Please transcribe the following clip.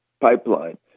pipeline